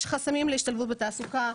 יש חסמים להשתלבות בתעסוקה.